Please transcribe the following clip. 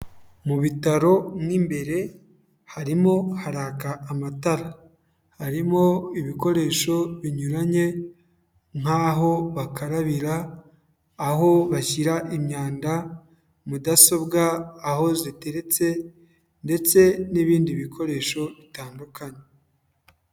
Mu bitaro mo imbere harimo haraka amatara, harimo ibikoresho binyuranye nk'aho bakarabira, aho bashyira imyanda, mudasobwa aho ziteretse ndetse n'ibindi bikoresho bitandukanye.